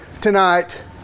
tonight